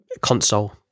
console